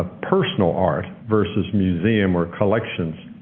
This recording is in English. ah personal art versus museum or collections,